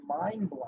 mind-blowing